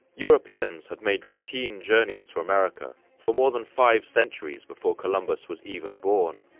europeans had made routine journeys to america for more than five centuries before columbus was even born,